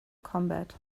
combat